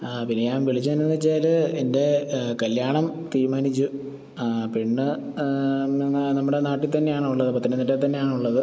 ആ പിന്നെ ഞാൻ വിളിച്ചത് എന്താന്ന് വെച്ചാല് എന്റെ കല്ല്യാണം തീരുമാനിച്ചു ആ പെണ്ണ് എന്നാ നമ്മുടെ നാട്ടിൽ തന്നെ ആണുള്ളത് പത്തനംതിട്ടയിൽ തന്നെ ആണുള്ളത്